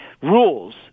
rules